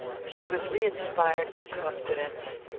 she was reinspired with confidence.